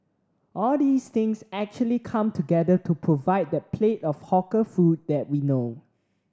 all these things actually come together to provide that plate of hawker food that we know